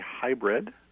hybrid